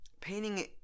painting